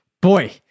Boy